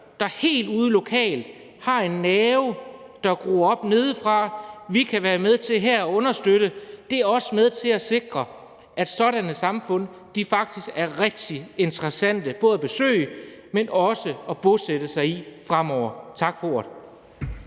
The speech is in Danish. der helt ude lokalt har en nerve, der gror op nedefra, og som vi kan være med til at understøtte her, også er med til at sikre, at sådanne samfund faktisk er rigtig interessante både at besøge, men også at bosætte sig i fremover. Tak for ordet.